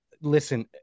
listen